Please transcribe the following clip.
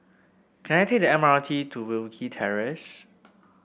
can I take the M R T to Wilkie Terrace